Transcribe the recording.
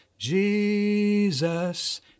Jesus